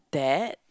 that